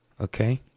Okay